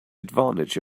advantage